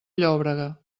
llòbrega